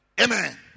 Amen